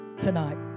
tonight